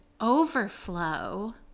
overflow